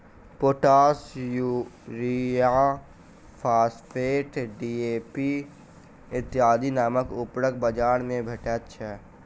potash, urea, phosphate, DAP इत्यादि नामक उर्वरक बाजार मे भेटैत छै